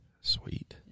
Sweet